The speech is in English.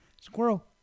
Squirrel